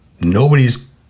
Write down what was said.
nobody's